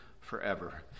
forever